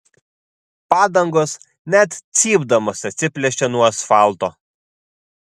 padangos net cypdamos atsiplėšė nuo asfalto